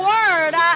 Word